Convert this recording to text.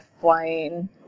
flying